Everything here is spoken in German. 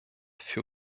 für